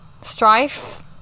Strife